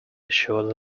assured